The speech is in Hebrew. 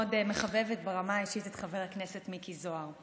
מחבבת ברמה האישית את חבר הכנסת מיקי זוהר.